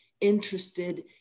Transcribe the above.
interested